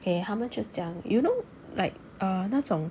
okay 他们就讲 you know like err 那种